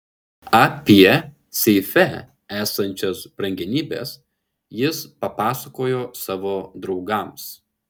apie seife esančias brangenybes jis papasakojo savo draugams